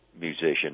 musician